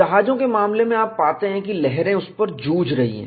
जहाजों के मामले में आप पाते हैं कि लहरें उस पर जूझ रही हैं